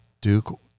Duke